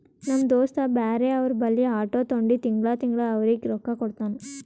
ನಮ್ ದೋಸ್ತ ಬ್ಯಾರೆ ಅವ್ರ ಬಲ್ಲಿ ಆಟೋ ತೊಂಡಿ ತಿಂಗಳಾ ತಿಂಗಳಾ ಅವ್ರಿಗ್ ರೊಕ್ಕಾ ಕೊಡ್ತಾನ್